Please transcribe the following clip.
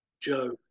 Joe